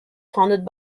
founded